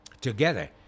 together